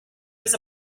was